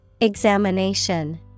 Examination